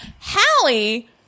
Hallie